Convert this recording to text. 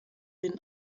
den